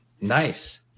Nice